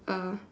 uh